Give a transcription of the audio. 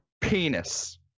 Penis